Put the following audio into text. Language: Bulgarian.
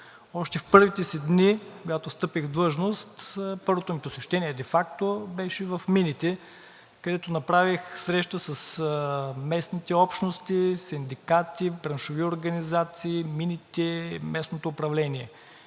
Още в първите си дни, когато встъпих в длъжност, първото ми посещение де факто беше в мините, където направих среща с местните общности, синдикати, браншови организации, мините, местното управление